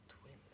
twins